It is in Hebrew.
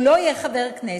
הוא לא יהיה חבר כנסת,